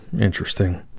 interesting